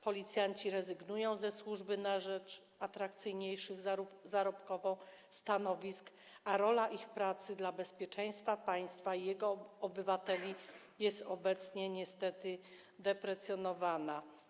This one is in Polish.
Policjanci rezygnują ze służby na rzecz atrakcyjniejszych zarobkowo stanowisk, a rola ich pracy dla bezpieczeństwa państwa i jego obywateli jest obecnie niestety deprecjonowana.